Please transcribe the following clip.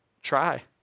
try